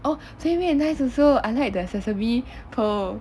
oh playmade nice also I like the sesame pearl